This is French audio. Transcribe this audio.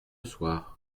soir